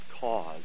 cause